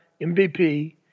MVP